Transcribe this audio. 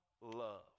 love